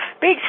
Big